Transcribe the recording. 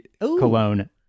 cologne